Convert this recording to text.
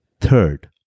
Third